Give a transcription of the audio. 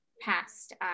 past